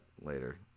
later